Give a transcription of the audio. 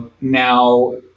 now